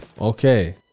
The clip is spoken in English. Okay